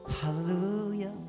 Hallelujah